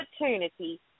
opportunity